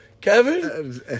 Kevin